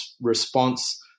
response